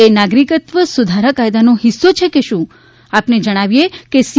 એ નાગરિકત્વ સુધારા કાયદાનો હિસ્સો છે કે શું આપને જણાવીએ કે સી